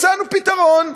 מצאנו פתרון: